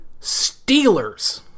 Steelers